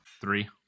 Three